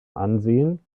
ansehen